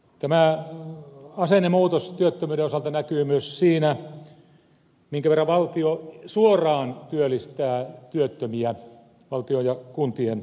tämä asennemuutos työttömyyden osalta näkyy myös siinä minkä verran valtio suoraan työllistää työttömiä valtion ja kuntien kautta